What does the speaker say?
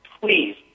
please